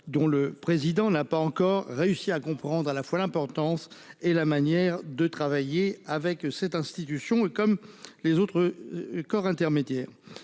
Dont le président n'a pas encore réussi à comprendre, à la fois l'importance et la manière de travailler avec cette institution et comme les autres corps intermédiaires.